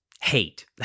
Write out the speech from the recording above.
hate